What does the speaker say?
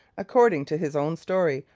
according to his own story,